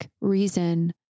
reason